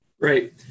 Great